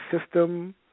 system